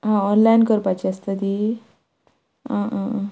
आं ऑनलायन करपाची आसता ती आं आं आं